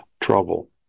trouble